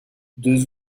deux